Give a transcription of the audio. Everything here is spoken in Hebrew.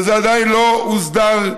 וזה עדיין לא הוסדר,